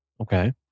Okay